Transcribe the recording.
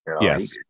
Yes